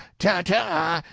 ta-ta!